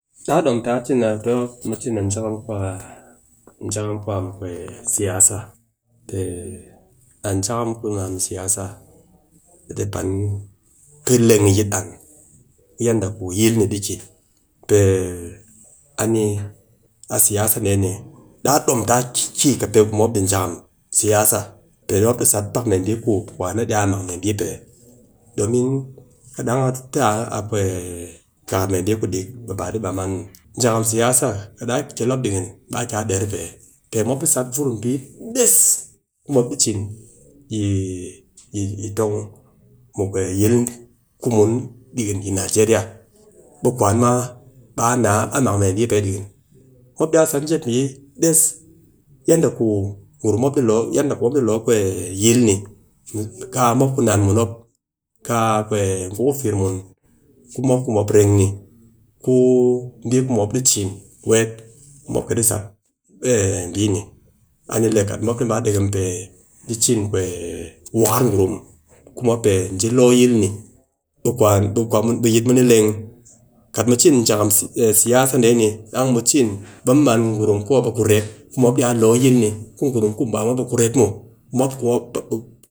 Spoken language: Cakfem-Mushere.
da ɗom taa cin jakam kwa mɨ siyasa, pee a jakam ku ni a mi siyasa, dɨ pan ɗi leng yi an, yanda ku yil ni ɗi ki, pee a ni, a siyasa deh ni, daa ɗom taa ki kɨ pe ku mop di jakam siyasa pe mop di sat pak mee bii ku kwan a iya mang mee bii pe domin kat dang mop tɨ a pe mee bii kudik, ba di bam an muw. Jakam siyasa kat daa kel mop dikin ɓe a kia der pe, pe mop ɗi sat vur bii des ku mop ɗi cin yi tong muut yi yil ku mun ɗikin yi nigeria be kwan ma a naa ɓe a mang mee bii pee ɗikin, ko daa sat jep bii des yanda ku gurum mop, yanda ku mop ɗi lo. yil ni. Kaa mop ku nan mun mop, kaa ngu ku fir mun, ku mop ku mop reng ni, ku bii ku mop ɗi cin weet, mop kɨ ɗi sat bii ni, a ni le kat mop ɗi ba dekem pe ji cin mmwan gurum be yit mu ni leng, kat mu cin jakam siyasa dee ni dang mu cin ɓe mu man gurum ku mop a kuret ku mop iya lo yil ni ku gurum ku baa mop a kuret muw, mop ku mop,